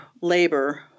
labor